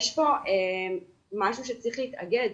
יש פה משהו שצריך להתאגד.